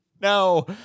No